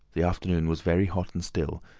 the afternoon was very hot and still,